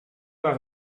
maar